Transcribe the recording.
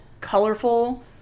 colorful